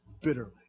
bitterly